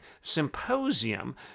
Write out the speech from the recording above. Symposium